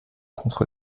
contre